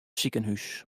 sikehús